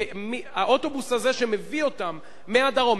האוטובוס הזה שמביא אותם מהדרום,